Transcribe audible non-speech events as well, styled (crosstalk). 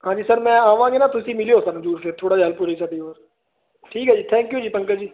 ਹਾਂਜੀ ਸਰ ਮੈਂ ਆਵਾਂਗੇ ਨਾ ਤੁਸੀਂ ਮਿਲੀ ਹੋ (unintelligible) ਦੂਸਰੇ ਥੋੜ੍ਹਾ ਜਿਹਾ ਪੂਰੀ ਸਾਡੀ (unintelligible) ਠੀਕ ਹੈ ਜੀ ਥੈਂਕ ਯੂ ਜੀ ਪੰਕਜ ਜੀ